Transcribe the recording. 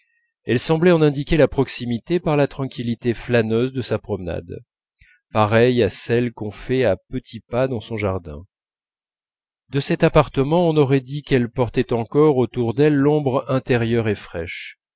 elle semblait en indiquer la proximité par la tranquillité flâneuse de sa promenade pareille à celle qu'on fait à petits pas dans son jardin de cet appartement on aurait dit qu'elle portait encore autour d'elle l'ombre intérieure et fraîche